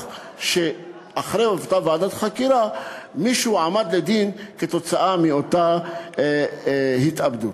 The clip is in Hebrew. שאחרי אותה ועדת חקירה מישהו הועמד לדין בגלל אותה התאבדות.